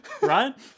Right